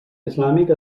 islàmic